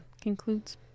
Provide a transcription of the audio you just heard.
Concludes